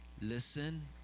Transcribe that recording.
listen